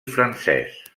francès